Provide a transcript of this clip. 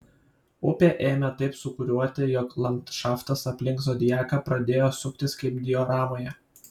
upė ėmė taip sūkuriuoti jog landšaftas aplink zodiaką pradėjo suktis kaip dioramoje